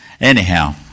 Anyhow